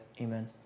amen